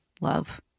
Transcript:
love